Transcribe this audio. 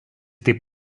taip